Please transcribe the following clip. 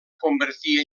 convertir